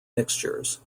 mixtures